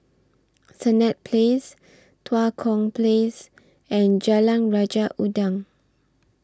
Senett Place Tua Kong Place and Jalan Raja Udang